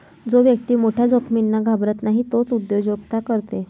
जो व्यक्ती मोठ्या जोखमींना घाबरत नाही तोच उद्योजकता करते